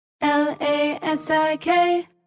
L-A-S-I-K